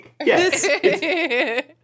Yes